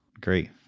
Great